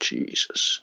Jesus